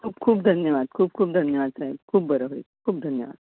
खूप खूप धन्यवाद खूप खूप धन्यवाद साहेब खूप बरं होईल खूप धन्यवाद